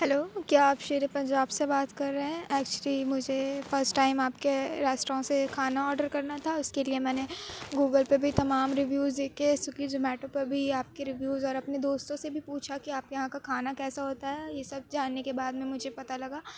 hello کیا آپ شیر پنجاب سے بات کر رہے ہیں ایکچولی مجھے فسٹ ٹائم آپ کے ریسٹورنٹ سے کھانا آرڈر کرنا تھا اس کے لیے میں نے گوگل پہ بھی تمام ریویوز دیکھے سویگی زومیٹو پہ بھی آپ کے ریویوز اور اپنے دوستوں سے بھی پوچھا کہ آپ کے یہاں کا کھانا کیسا ہوتا ہے یہ سب جاننے کے بعد میں مجھے پتہ لگا